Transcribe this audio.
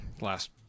last